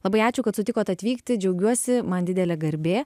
labai ačiū kad sutikot atvykti džiaugiuosi man didelė garbė